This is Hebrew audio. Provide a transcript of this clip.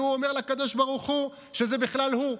והוא אומר לקדוש ברוך הוא שזה בכלל הוא.